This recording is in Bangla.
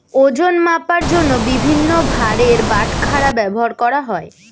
ওজন মাপার জন্য বিভিন্ন ভারের বাটখারা ব্যবহার করা হয়